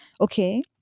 okay